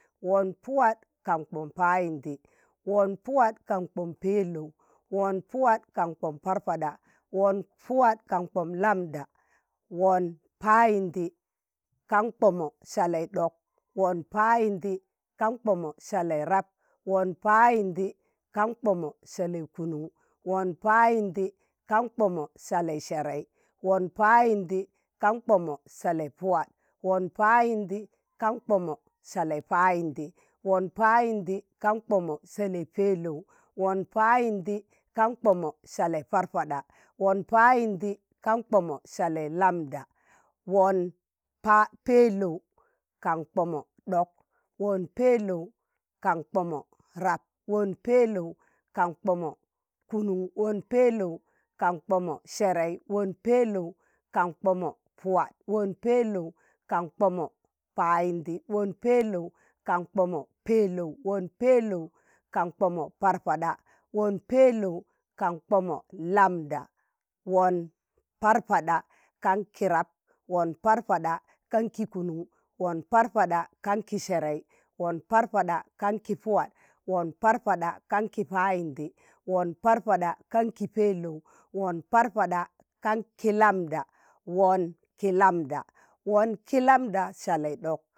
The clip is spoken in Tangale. wọn pụwa kan kpọm payịndị. wọn pụwa kan kpọm pẹlọụ. wọn pụwa kan kpọm parpaɗa. wọn pụwa kan kpọm lamɗa. wọn payịndị kan kpọmo salẹị ɗọk. wọn payịndị kan kpọmo salẹị rap. wọn payịndị kan kpọmo salẹị kụnụn. wọn payịndị kan kpọmo salẹị sẹrẹị. wọn payịndị kan kpọmo salẹị pụwa. wọn payịndị kan kpọmo salẹị payịndị. wọn payịndị kan kpọmo salẹị pẹlọụ. wọn payịndị kan kpọmo salẹị parpaɗa. wọn payịndị kan kpọmo salẹị lamɗa. wọn pẹlọụ kan kpọmo ɗọk. wọn pẹlọụ kan kpọmo rap. wọn pẹlọụ kan kpọmo kụnụn. wọn pẹlọụ kan kpọmo sẹrẹị. wọn pẹlọụ kan kpọmo pụwa. wọn pẹlọụ kan kpọmo payịndị. wọn pẹlọụ kan kpọmo pẹlọụ. wọn pẹlọụ kan kpọmo parpaɗa. wọn pẹlọụ kan kpọmo lamɗa. wọn parpaɗa kan kị rap. wọn parpaɗa kan kịkụnụn. wọn parpaɗa kan kị sẹrẹị. wọn parpaɗa kan kị pụwa. wọn parpaɗa kan payịndị. wọn parpaɗa kan ki pẹlọụ. wọn parpaɗa kan lamɗa. wọn kị lamda. wọn kị lamɗa salẹi ɗọk,